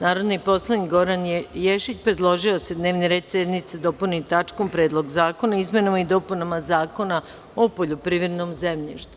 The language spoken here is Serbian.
Narodni poslanik Goran Ješić predložio je da se dnevni red sednice dopuni tačkom – Predlog zakona o izmenama i dopunama Zakona o poljoprivrednom zemljištu.